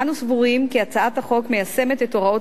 אנו סבורים כי הצעת החוק מיישמת את הוראות